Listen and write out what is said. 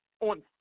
on